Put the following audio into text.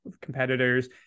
competitors